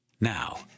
Now